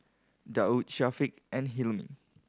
Daud Syafiq and Hilmi